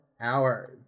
hours